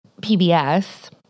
PBS